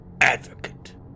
advocate